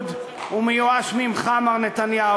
הוא מיואש מן הליכוד, הוא מיואש ממך, מר נתניהו.